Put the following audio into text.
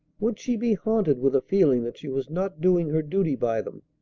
would she be haunted with a feeling that she was not doing her duty by them?